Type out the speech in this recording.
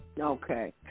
Okay